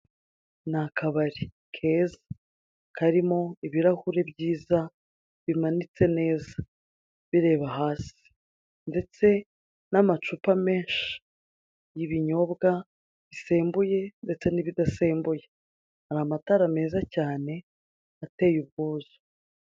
Ni akabari keza karimo ibirahure byiza bimanitse neza bireba hasi, ndetse n'amacupa menshi y'ibinyobwa bisembuye, ndetse n'ibidasembuye, hari amatara meza cyane ateye ubwuzu.